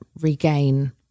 regain